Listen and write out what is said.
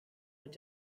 mit